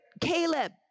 Caleb